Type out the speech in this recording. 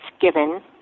given